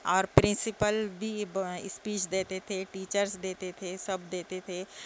اور پرنسپل بھی اسپیچ دیتے تھے ٹیچرس دیتے تھے سب دیتے تھے